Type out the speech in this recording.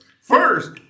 first